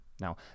Now